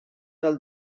del